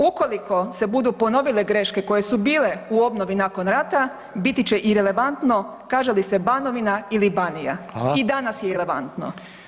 Ukoliko se budu ponovile graške koje su bile u obnovi nakon rata biti će irelevantno kaže se Banovina ili Banija [[Upadica: Hvala.]] i danas je irelevantno.